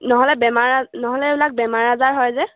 নহ'লে বেমাৰ আজাৰ নহ'লে এইবিলাক বেমাৰ আজাৰ হয় যে